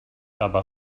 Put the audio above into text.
aber